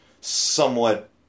somewhat